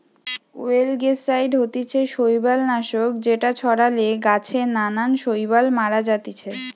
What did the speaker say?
অয়েলগেসাইড হতিছে শৈবাল নাশক যেটা ছড়ালে গাছে নানান শৈবাল মারা জাতিছে